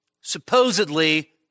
supposedly